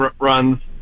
runs